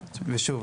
ושוב,